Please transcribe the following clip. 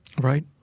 right